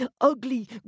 ugly